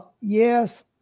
Yes